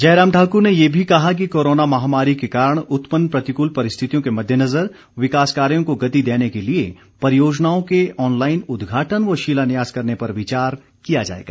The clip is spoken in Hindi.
जयराम ठाक्र ने ये भी कहा कि कोरोना महामारी के कारण उत्पन्न प्रतिकूल परिस्थितियों के मददेनजर विकास कार्यो को गति देने के लिए परियोजनाओं के ऑनलाईन उद्घाटन व शिलान्यास करने पर विचार किया जाएगा